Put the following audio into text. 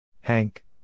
Hank